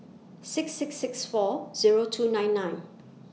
six six six four Zero two nine nine